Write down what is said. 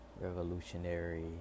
revolutionary